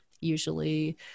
usually